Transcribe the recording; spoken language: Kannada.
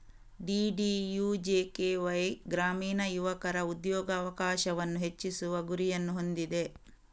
ಡಿ.ಡಿ.ಯು.ಜೆ.ಕೆ.ವೈ ಗ್ರಾಮೀಣ ಯುವಕರ ಉದ್ಯೋಗಾವಕಾಶವನ್ನು ಹೆಚ್ಚಿಸುವ ಗುರಿಯನ್ನು ಹೊಂದಿದೆ